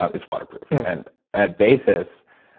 ah it's waterproof. and at basis,